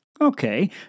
Okay